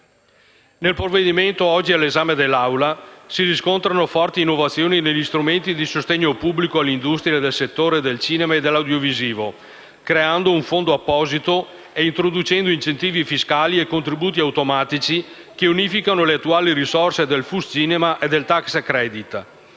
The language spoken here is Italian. Nel provvedimento oggi all'esame dell'Assemblea si riscontrano forti innovazioni negli strumenti di sostegno pubblico all'industria del settore del cinema e dell'audiovisivo, creando un fondo apposito e introducendo incentivi fiscali e contributi automatici che unificano le attuali risorse del FUS cinema e del *tax credit.*